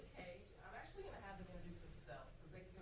cage. i'm actually gonna have them introduce themselves,